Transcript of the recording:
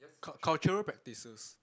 cul~ cultural practices